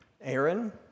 Aaron